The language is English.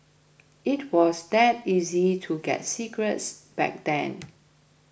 it was that easy to get cigarettes back then